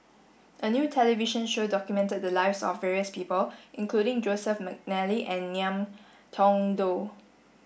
a new television show documented the lives of various people including Joseph Mcnally and Ngiam Tong Dow